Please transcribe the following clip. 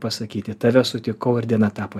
pasakyti tave sutikau ir diena tapo